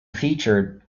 featured